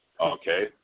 Okay